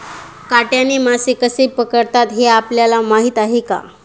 काट्याने मासे कसे पकडतात हे आपल्याला माहीत आहे का?